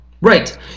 right